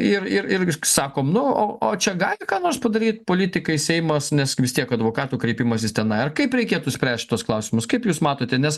ir irgi sakom nu o o čia gali ką nors padaryt politikai seimas nes vis tiek advokatų kreipimasis tenai kaip reikėtų spręst šituos klausimus kaip jūs matote nes